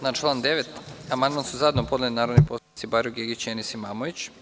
Na član 9. amandman su zajedno podneli narodni poslanik Bajro Gegić i Enis Imamović.